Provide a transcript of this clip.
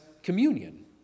Communion